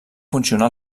funcionar